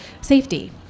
safety